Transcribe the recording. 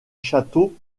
château